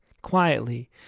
Quietly